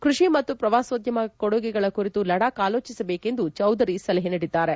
ಕೃಷಿ ಮತ್ತು ಪ್ರವಾಸೋದ್ಯಮದ ಕೊಡುಗೆಗಳ ಕುರಿತು ಲಡಾಕ್ ಆಲೋಚಿಸಬೇಕು ಎಂದು ಚೌಧರಿ ಸಲಹೆ ನೀಡಿದ್ದಾರೆ